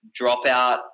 dropout